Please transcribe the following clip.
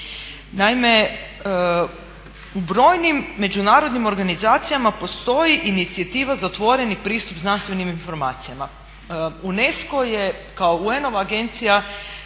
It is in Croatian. Naime, u brojnim međunarodnim organizacijama postoji inicijativa za otvoreni pristup znanstvenim informacijama. UNESCO je kao UN-ova agencija